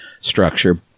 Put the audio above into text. structure